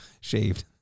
shaved